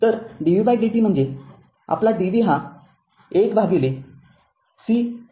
तर dvdt म्हणजे आपला dv हा १cidt असेल